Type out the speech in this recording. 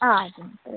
ആ ആയിക്കോട്ടെ